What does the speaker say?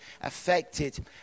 affected